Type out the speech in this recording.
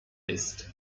ist